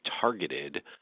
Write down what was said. targeted